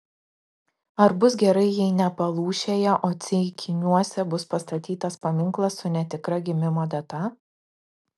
ar bus gerai jei ne palūšėje o ceikiniuose bus pastatytas paminklas su netikra gimimo data